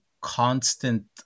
constant